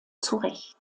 zurecht